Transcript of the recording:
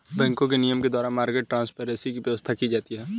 बैंकों के नियम के द्वारा मार्केट ट्रांसपेरेंसी की व्यवस्था की जाती है